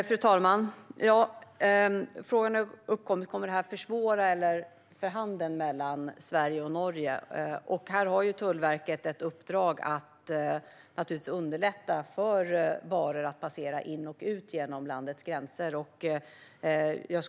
Fru talman! Kommer handeln mellan Sverige och Norge att försvåras? Här har Tullverket ett uppdrag att underlätta för varor att passera in och ut genom landets gränser.